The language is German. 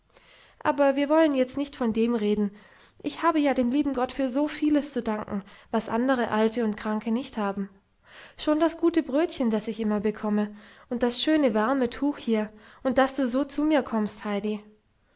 aber wir wollen jetzt nicht von dem reden ich habe ja dem lieben gott für so vieles zu danken was andere alte und kranke nicht haben schon das gute brötchen das ich immer bekomme und das schöne warme tuch hier und daß du so zu mir kommst heidi